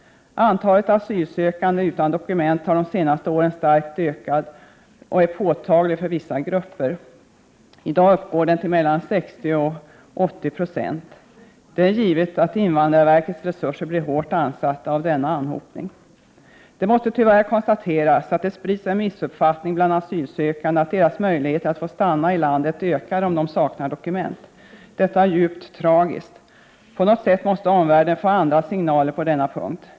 Antalet asylsökande utan dokument har de senaste åren starkt ökat, och denna ökning är påtaglig för vissa grupper. I dag uppgår antalet till mellan 60 och 65 90. Det är givet att invandrarverkets resurser blir hårt ansatta av denna anhopning. Det måste tyvärr konstateras att det bland asylsökande sprids en missuppfattning, som innebär att deras möjligheter att få stanna i landet ökar om de saknar dokument. Detta är djupt tragiskt. På något sätt måste omvärlden få andra signaler på denna punkt.